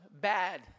bad